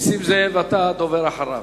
אתה הדובר אחריו.